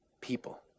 people